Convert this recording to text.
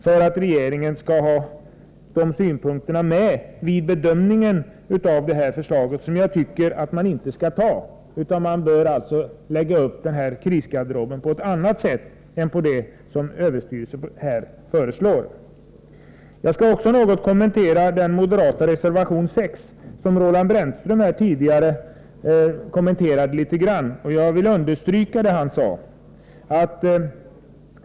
Därigenom får regeringen möjlighet att beakta dessa synpunkter vid bedömningen av förslaget. Jag tycker att regeringen inte skall anta förslaget. Man bör lägga upp krisgarderoben på ett annat sätt än så som Överstyrelsen föreslår. Jag skall också något kommentera den moderata reservationen 6, som Roland Brännström här tidigare något kommenterat. Jag vill understryka det som han sade.